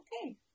okay